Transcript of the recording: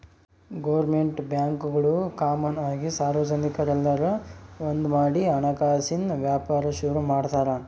government ಬ್ಯಾಂಕ್ಗುಳು common ಆಗಿ ಸಾರ್ವಜನಿಕುರ್ನೆಲ್ಲ ಒಂದ್ಮಾಡಿ ಹಣಕಾಸಿನ್ ವ್ಯಾಪಾರ ಶುರು ಮಾಡ್ತಾರ